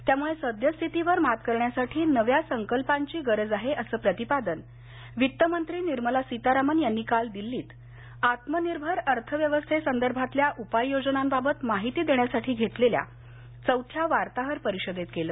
त्यामुळे सद्यस्थितीवर मात करण्यासाठी नव्या संकल्पाची गरज आहे असं प्रतिपादन वित्तमंत्री निर्मला सीतारामन यांनी काल दिल्लीत आत्मनिर्भर अर्थव्यवस्थेसंदर्भतल्या उपाययोजनांबाबत माहिती देण्यासाठी घेतलेल्या चौथ्या वार्ताहर परिषदेत केलं